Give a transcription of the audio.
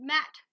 Matt